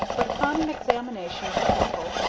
but, upon an examination of the tackle,